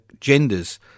genders